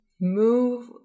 move